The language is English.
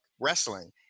wrestling